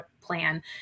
plan